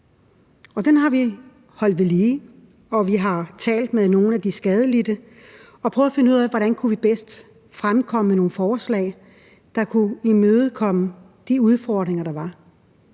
har vi holdt ved lige, og vi har talt med nogle af de skadelidte og prøvet at finde ud af, hvordan vi bedst kunne fremkomme med nogle forslag, der kunne imødekomme de udfordringer, der var.